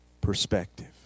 perspective